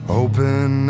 open